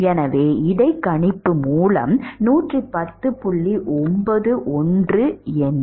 எனவே இடைக்கணிப்பு மூலம் 110